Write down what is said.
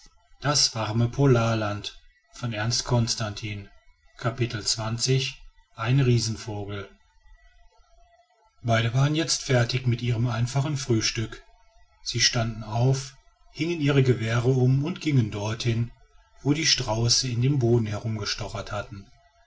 beide waren jetzt fertig mit ihrem einfachen frühstück sie standen auf hingen ihre gewehre um und gingen dorthin wo die strauße in dem boden herumgestochert hatten